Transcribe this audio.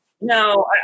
No